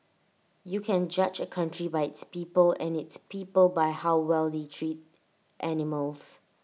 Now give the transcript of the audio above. you can judge A country by its people and its people by how well they treat animals